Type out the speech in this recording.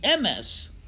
MS